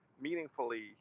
meaningfully